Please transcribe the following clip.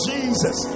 Jesus